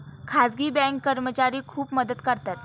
खाजगी बँक कर्मचारी खूप मदत करतात